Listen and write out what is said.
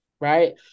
Right